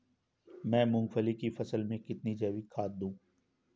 मैं मूंगफली की फसल में कितनी जैविक खाद दूं?